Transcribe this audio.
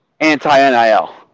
anti-NIL